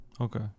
Okay